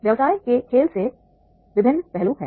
व्यवसाय के खेल में विभिन्न पहलू हैं